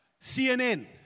CNN